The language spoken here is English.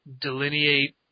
delineate